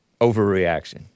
overreaction